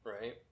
Right